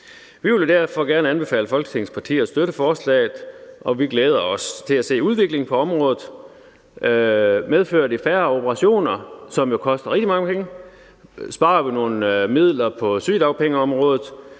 Vi vil derfor gerne anbefale Folketingets partier at støtte forslaget, og vi glæder os til at se udviklingen på området. Medfører det færre operationer, som jo koster rigtig mange penge? Sparer vi nogle midler på sygedagpengeområdet?